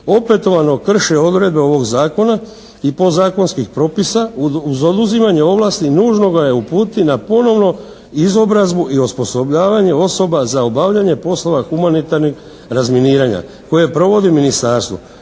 opetovano krši odredbe ovog zakona i podzakonskih propisa uz oduzimanje ovlasti nužno ga je uputiti na ponovnu izobrazbu i osposobljavanje osoba za obavljanje poslova humanitarnih razminiranja koje provodi ministarstvo,